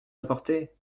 importait